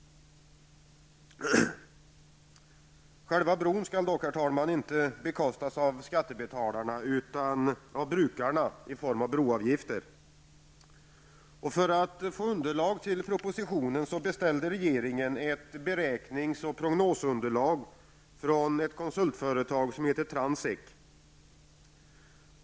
Själva bron skall dock inte bekostas av skattebetalarna utan av brukarna i form av broavgifter. För att få underlag till propositionen beställde regeringen ett beräknings och prognosunderlag från konsultföretaget Transek.